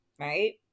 right